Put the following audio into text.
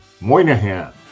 Moynihan